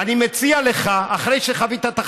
אני מציע לך, אחרי שחווית את החוויה,